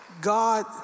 God